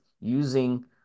using